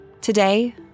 Today